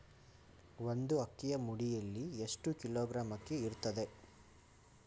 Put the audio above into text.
ಒಂದು ಅಕ್ಕಿಯ ಮುಡಿಯಲ್ಲಿ ಎಷ್ಟು ಕಿಲೋಗ್ರಾಂ ಅಕ್ಕಿ ಇರ್ತದೆ?